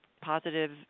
positive